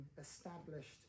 established